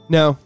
no